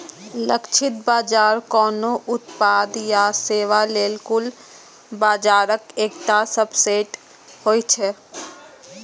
लक्षित बाजार कोनो उत्पाद या सेवा लेल कुल बाजारक एकटा सबसेट होइ छै